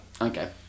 Okay